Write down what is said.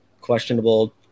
questionable